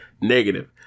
negative